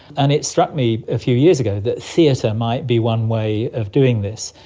and it struck me a few years ago that theatre might be one way of doing this.